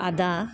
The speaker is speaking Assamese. আদা